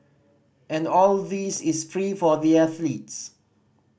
and all this is free for the athletes